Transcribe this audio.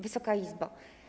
Wysoka Izbo!